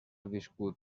viscut